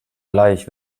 gleich